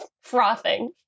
frothing